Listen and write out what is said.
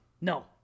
no